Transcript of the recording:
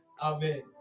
Amen